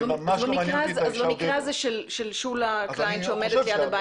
ניקח את המקרה הזה של שולה קליין שעומדת ליד הבית.